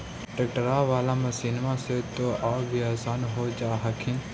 ट्रैक्टरबा बाला मसिन्मा से तो औ भी आसन हो जा हखिन?